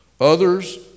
Others